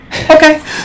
okay